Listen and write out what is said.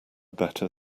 better